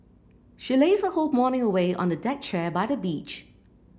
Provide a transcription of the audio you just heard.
she lazed her whole morning away on the deck chair by the beach